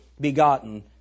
begotten